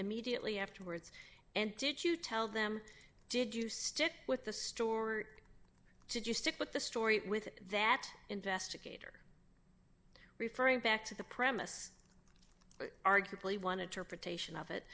immediately afterwards and did you tell them did you stick with the store to do stick with the story with that investigator referring back to the premise or arguably one of